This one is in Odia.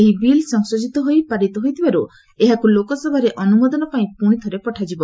ଏହି ବିଲ୍ ସଂଶୋଧୃତ ହୋଇ ପାରିତ ହୋଇଥିବାରୁ ଏହାକୁ ଲୋକସଭାରେ ଅନୁମୋଦନ ପାଇଁ ପୁଣି ଥରେ ପଠାଯିବ